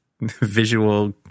visual